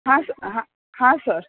हां स हां सर